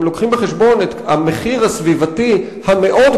גם לוקחים בחשבון את המחיר הסביבתי המאוד